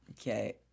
Okay